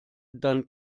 dann